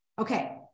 Okay